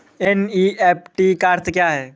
NEFT का अर्थ क्या है?